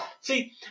See